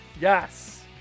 Yes